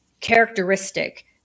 characteristic